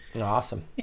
Awesome